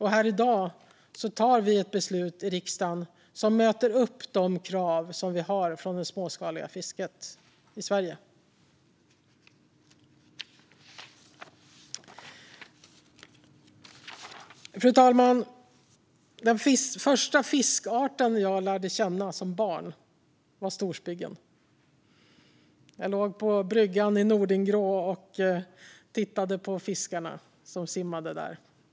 Här i dag tar vi i riksdagen ett beslut som möter upp de krav vi har från det småskaliga fisket i Sverige. Fru talman! Den första fiskart jag lärde känna som barn var storspiggen. Jag låg på bryggan i Nordingrå och tittade på fiskarna som simmade där.